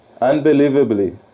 unbelievably